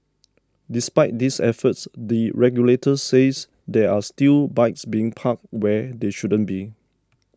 despite these efforts the regulator says there are still bikes being parked where they shouldn't be